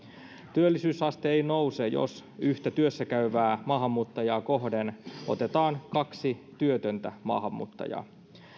työllisyysaste ei nouse jos yhtä työssäkäyvää maahanmuuttajaa kohden otetaan kaksi työtöntä maahanmuuttajaa